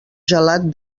gelat